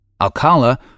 Alcala